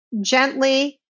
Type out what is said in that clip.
gently